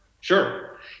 Sure